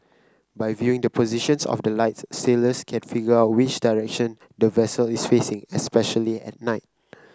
by viewing the positions of the lights sailors can figure out which direction the vessel is facing especially at night